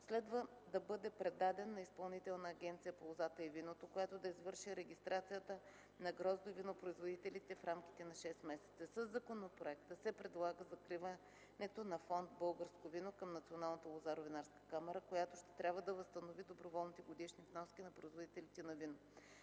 следва да бъде предаден на ИАЛВ, която да извърши пререгистрацията на гроздо- и винопроизводителите в рамките на 6 месеца. Със законопроекта се предлага закриването на фонд „Българско вино” към Националната лозаро-винарска камара, която ще трябва да възстанови доброволните годишни вноски на производителите на вино.